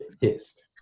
pissed